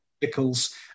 vehicles